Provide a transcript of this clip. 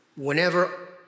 Whenever